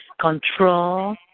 control